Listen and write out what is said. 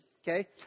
Okay